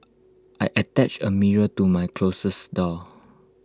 I attached A mirror to my closet door